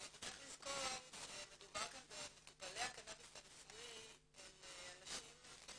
וצריך לזכור שמדובר כאן במטופלי הקנאביס הרפואי שהם אנשים חולים,